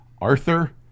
Arthur